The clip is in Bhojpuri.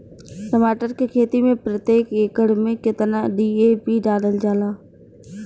टमाटर के खेती मे प्रतेक एकड़ में केतना डी.ए.पी डालल जाला?